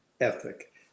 ethic